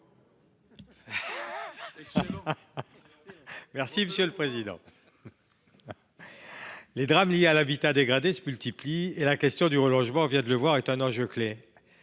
est à M. Guy Benarroche. Les drames liés à l’habitat dégradé se multiplient et la question du relogement, nous venons de le voir, est un enjeu clé.